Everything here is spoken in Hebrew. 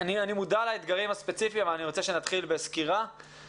אני מודע לאתגרים הספציפיים אבל אני רוצה שנתחיל בסקירה,